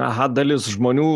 aha dalis žmonių